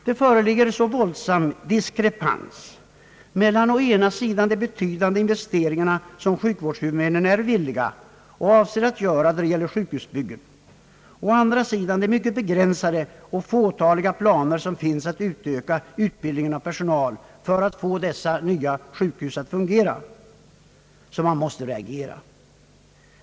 Det föreligger en sådan diskrepans mellan å ena sidan de betydande investeringar som sjukvårdshuvudmännen är villiga att göra och avser att göra när det gäller sjukhusbyggen och å andra sidan de mycket begränsade och fåtaliga planer som finns att öka utbildningen av personal för att få dessa sjukhus att fungera, att man måste reagera.